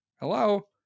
Hello